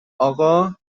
آقا